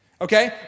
okay